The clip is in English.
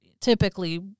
typically